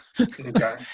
Okay